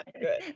good